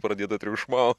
pradeda triukšmaut